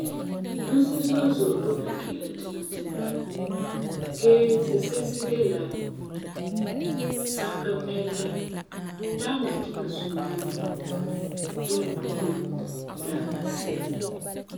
Dusi zo'e zo'e boi mɛ ki'ira tiŋa tiŋa. Gee, sise'esi de la; sankamɛrega, ta'aŋa tiŋa sunwene, bulinbuko la asi'a.